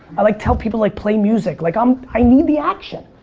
i like tell people, like play music. like um i need the action.